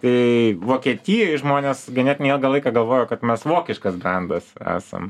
tai vokietijoj žmonės ganėtinai ilgą laiką galvojo kad mes vokiškas brendas esam